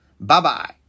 Bye-bye